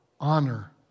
honor